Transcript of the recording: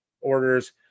orders